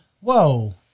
Whoa